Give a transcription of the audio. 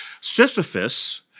Sisyphus